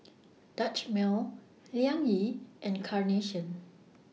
Dutch Mill Liang Yi and Carnation